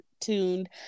tuned